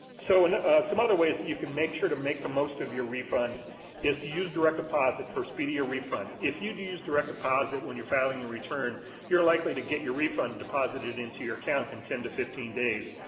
so some other ways that you can make sure to make the most of your refund is to use direct deposit for a speedier refund. if you use direct deposit when you're filing your return you're likely to get your refund deposited into your account in ten to fifteen days.